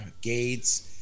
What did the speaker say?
Gates